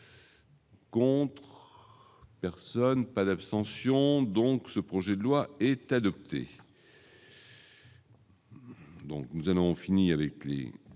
Contre personne pas l'abstention donc ce projet de loi est adopté. Donc, nous allons finir les